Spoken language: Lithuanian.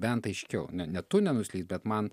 bent aiškiau ne ne tu nenuslys bet man